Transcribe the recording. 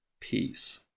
peace